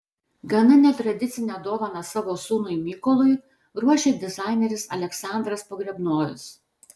gana netradicinę dovaną savo sūnui mykolui ruošia dizaineris aleksandras pogrebnojus